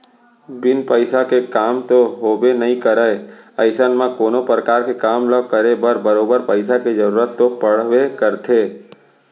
बिन पइसा के काम तो होबे नइ करय अइसन म कोनो परकार के काम ल करे बर बरोबर पइसा के जरुरत तो पड़बे करथे